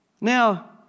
Now